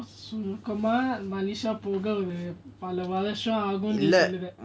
so போகபலவருஷம்ஆகும்னுநீசொல்லுவ:poga pala varusam agumnu nee solluva